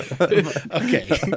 Okay